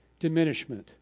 diminishment